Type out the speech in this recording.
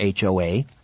HOA